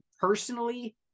Personally